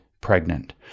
pregnant